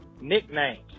nicknames